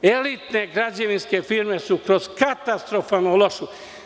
Elitne građevinske firme su kroz katastrofalno lošu…